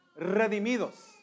redimidos